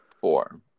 Four